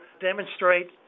demonstrate